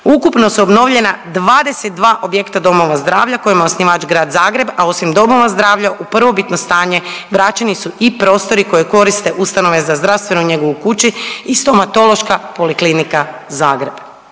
ukupno su obnovljena 22 objekta domova zdravlja kojima je osnivač grad Zagreb, a osim domova zdravlja u prvobitno stanje vraćeni su i prostori koje koriste u stanove za zdravstvenu njegu u kući i Stomatološka poliklinika Zagreb,